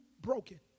broken